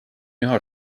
üha